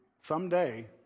someday